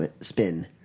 spin